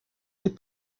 des